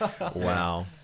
wow